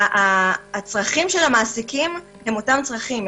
הצרכים של המעסיקים הם אותם צרכים.